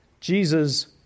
Jesus